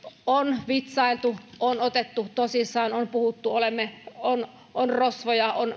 on vitsailtu on otettu tosissaan on puhuttu että on rosvoja on